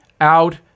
out